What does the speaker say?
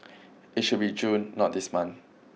it should be June not this month